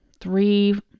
three